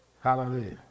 Hallelujah